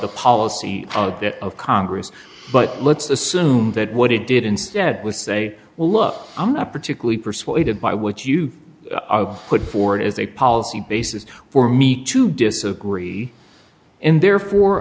the policy of congress but let's assume that what it did instead was say well look i'm not particularly persuaded by what you put forward as a policy basis for me to disagree and therefore